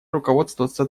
руководствоваться